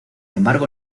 embargo